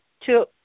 two